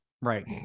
right